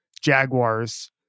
Jaguars